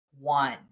one